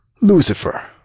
Lucifer